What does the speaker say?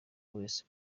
wese